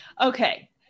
Okay